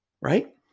right